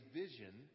vision